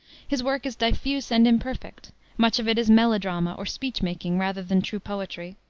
his work is diffuse and imperfect much of it is melodrama or speech-making rather than true poetry.